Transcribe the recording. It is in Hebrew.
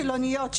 חילוניות,